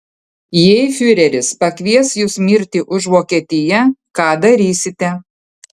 jei fiureris pakvies jus mirti už vokietiją ką darysite